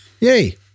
Yay